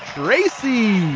gracie